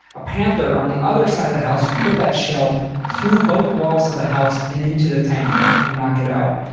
a panther on the other side of the house would put that shell through both walls of the house and into the tank and knock it out.